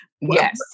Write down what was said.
Yes